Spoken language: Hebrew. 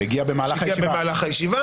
שהגיע במהלך הישיבה.